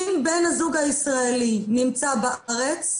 אם בן הזוג הישראלי נמצא בארץ,